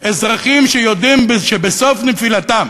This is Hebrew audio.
אזרחים שיודעים שבסוף נפילתם